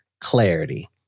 clarity